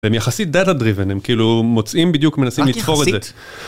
הם יחסית Data Driven, הם כאילו מוצאים בדיוק, מנסים לתפור את זה.